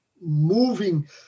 moving